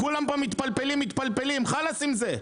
כולם פה מתפלפלים מתפלפלים, חאלס עם זה.